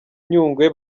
nyungwe